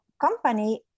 company